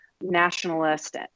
nationalist